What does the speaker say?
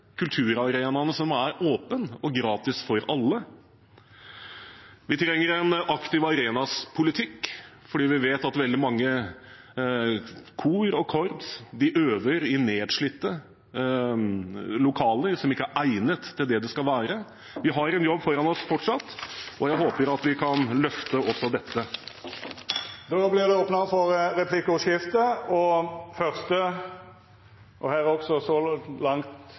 kulturarenaene som er åpne og gratis for alle. Vi trenger en aktiv arenapolitikk, fordi vi vet at veldig mange kor og korps øver i nedslitte lokaler som ikke er egnet til det de skal være. Vi har en jobb foran oss fortsatt, og jeg håper at vi kan løfte også dette feltet. Det vert replikkordskifte. Vi må innom temaet film igjen. Representanten Bekkevold var jo med på behandlingen av filmmeldingen, som Høyre–Fremskrittsparti-regjeringen la fram for